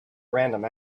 random